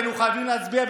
והיינו חייבים להצביע,